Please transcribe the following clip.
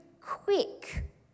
quick